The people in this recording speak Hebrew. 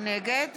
נגד